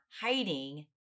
hiding